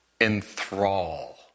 enthrall